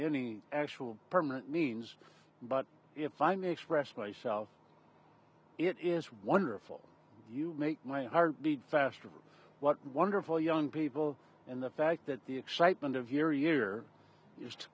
any actual permanent means but if i may express myself it is wonderful you make my heart beat fast of what wonderful young people and the fact that the excitement of your year